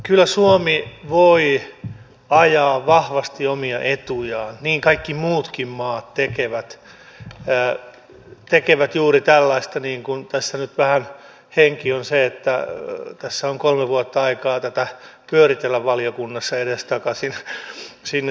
kyllä suomi voi ajaa vahvasti omia etujaan niin kaikki muutkin maat tekevät tekevät juuri tällaista niin kuin tässä nyt vähän henki on se että tässä on kolme vuotta aikaa tätä pyöritellä valiokunnassa edestakaisin sinne sun tänne